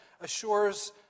assures